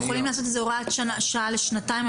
אנחנו יכולים לעשות את זה הוראת שעה לשנתיים.